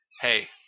hey